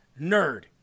nerd